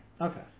Okay